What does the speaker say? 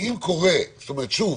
שוב,